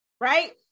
right